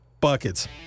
buckets